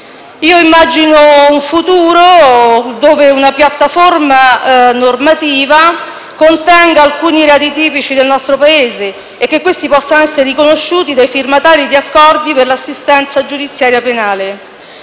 Immagino nel futuro una piattaforma normativa in cui alcuni reati tipici del nostro Paese possano essere riconosciuti dai firmatari di accordi per l'assistenza giudiziaria penale.